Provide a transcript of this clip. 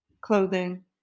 clothing